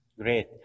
Great